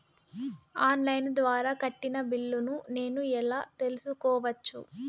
On line ద్వారా కట్టిన బిల్లును నేను ఎలా తెలుసుకోవచ్చు?